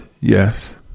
yes